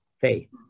faith